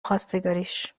خواستگاریش